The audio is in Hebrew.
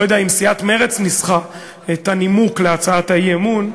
לא ידוע אם סיעת מרצ ניסחה את הנימוק להצעת האי-אמון.